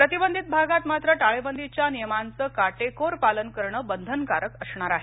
प्रतिबंधित भागात मात्र टाळेबंदीच्या नियमांचं काटेकोर पालन करण बंधनकारक असणार आहे